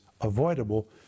avoidable